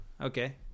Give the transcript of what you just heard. Okay